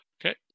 Okay